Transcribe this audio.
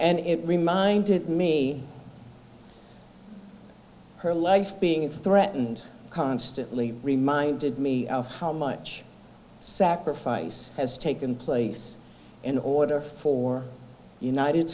and it reminded me her life being threatened constantly reminded me how much sacrifice has taken place in order for united